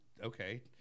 okay